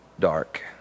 Dark